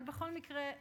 בכל מקרה,